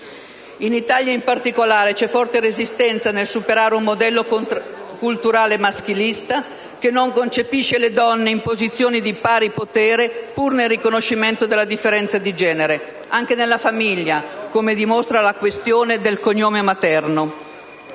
In Italia in particolare c'è forte resistenza nel superare un modello culturale maschilista che non concepisce le donne in posizioni di pari potere pur nel riconoscimento della differenza di genere. Anche nella famiglia, come dimostra la questione del cognome materno.